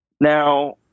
Now